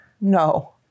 No